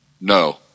No